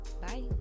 Bye